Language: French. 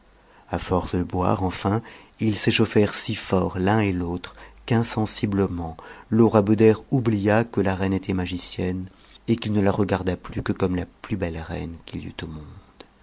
a force d boire enfin ils s'ëchauh'èreni si fort l'un et l'autre qu'insensiblement le roi beder oublia que la reine était magicienne et qu'il ne la reearf plus que comme la plus belle reine qu'jl y eût au monde